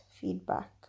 feedback